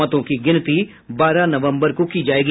मतों की गिनती बारह नवम्बर को की जायेगी